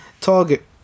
target